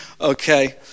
okay